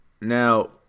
Now